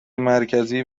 مرکزی